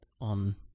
On